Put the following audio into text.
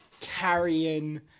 carrying